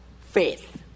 faith